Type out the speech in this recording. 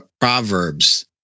Proverbs